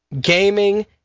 gaming